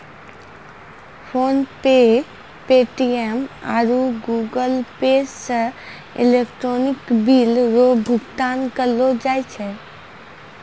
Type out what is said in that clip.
PhonePe Paytm आरु Google Pay से electronic bill रो भुगतान करलो जाय छै